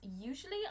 Usually